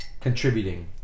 Contributing